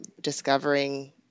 discovering